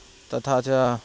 तथा च